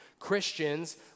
Christians